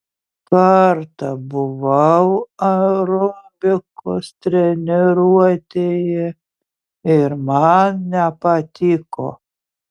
kartą buvau aerobikos treniruotėje ir man nepatiko